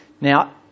Now